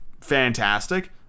fantastic